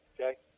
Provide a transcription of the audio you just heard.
Okay